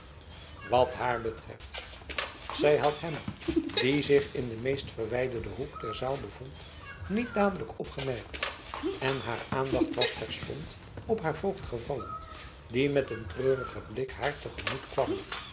wat haar betreft zij had hem die zich in den meest verwijderden hoek der zaal bevond niet dadelijk opgemerkt en haar aandacht was terstond op haar voogd gevallen die met een treurigen blik haar te gemoet kwam